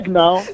now